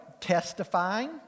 testifying